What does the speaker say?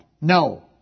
No